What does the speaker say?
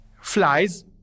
flies